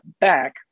back